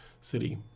city